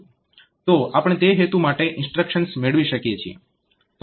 તો આપણે તે હેતુ માટે ઇન્સ્ટ્રક્શન્સ મેળવી શકીએ છીએ